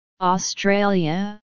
Australia